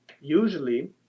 usually